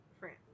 france